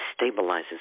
stabilizes